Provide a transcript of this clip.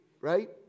right